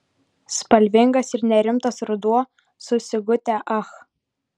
spalvingas ir nerimtas ruduo su sigute ach